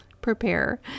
prepare